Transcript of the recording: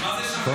אז מה זה שווה?